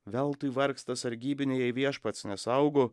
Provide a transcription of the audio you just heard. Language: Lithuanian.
veltui vargsta sargybiniai jei viešpats nesaugo